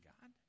God